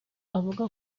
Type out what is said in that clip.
avuga